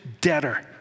debtor